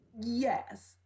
yes